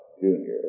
Junior